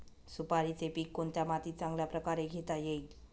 सुपारीचे पीक कोणत्या मातीत चांगल्या प्रकारे घेता येईल?